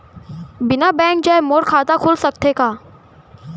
बिना बैंक जाए मोर खाता खुल सकथे का?